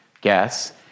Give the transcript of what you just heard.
guess